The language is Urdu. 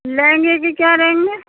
لہنگے کی کیا رہیں گے